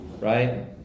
right